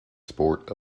sport